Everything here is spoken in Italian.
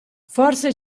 forse